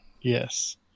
Yes